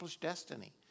destiny